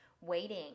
waiting